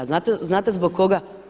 Znate zbog koga?